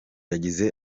yagize